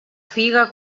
figa